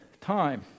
time